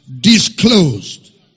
disclosed